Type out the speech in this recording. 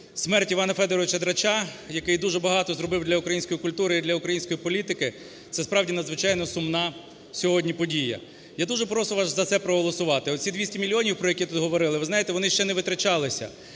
смерть Івана Федоровича Драча, який дуже багато зробив для української культури і для української політики, – це справді надзвичайно сумна сьогодні подія. Я дуже прошу вас за це проголосувати. Оці 200 мільйонів про які ви говорили, вони ще не витрачалися.